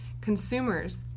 consumers